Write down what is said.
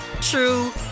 true